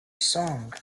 song